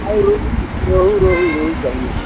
अरे रोहू रोहू रोहू रोहू चाहिए